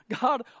God